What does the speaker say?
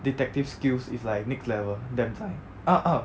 detective skills is like next level damn zai